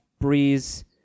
Breeze